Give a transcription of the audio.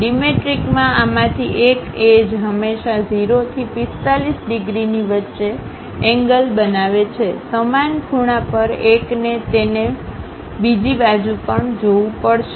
ડિમેટ્રિકમાં આમાંથી એક એજહંમેશા 0 થી 45 ડિગ્રીની વચ્ચે એંગલ બનાવે છે સમાન ખૂણા પર એકને તેને બીજી બાજુ પણ જોવું પડશે